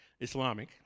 Islamic